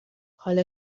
حال